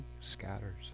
scatters